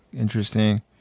Interesting